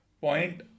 Point